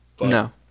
No